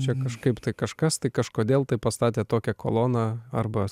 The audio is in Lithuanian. čia kažkaip tai kažkas tai kažkodėl taip pastatė tokią koloną arba